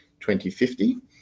2050